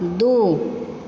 दू